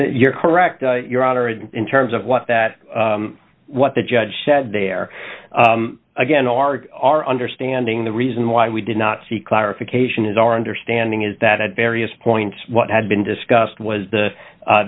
you're correct your honor in terms of what that what the judge said there again our our understanding the reason why we did not seek clarification is our understanding is that at various points what had been discussed was the